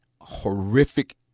horrific